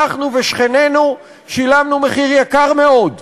אנחנו ושכנינו שילמנו מחיר יקר מאוד,